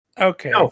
Okay